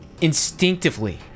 instinctively